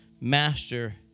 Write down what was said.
Master